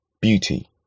beauty